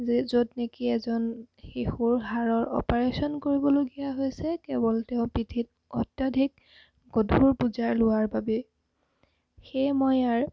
যে য'ত নেকি এজন শিশুৰ হাড়ৰ অপাৰেশ্যন কৰিবলগীয়া হৈছে কেৱল তেওঁ পিঠিত অত্যাধিক গধুৰ বুজা লোৱাৰ বাবে সেয়ে মই ইয়াৰ